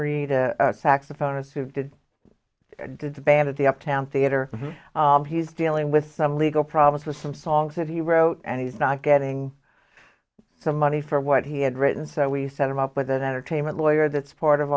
rita saxophonists who did did the band at the uptown theater he's dealing with some legal problems with some songs that he wrote and he's not getting some money for what he had written so we set him up with an entertainment lawyer that's part of